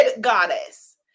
goddess